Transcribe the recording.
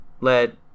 let